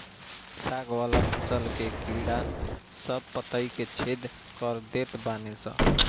साग वाला फसल के कीड़ा सब पतइ के छेद कर देत बाने सन